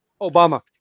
Obama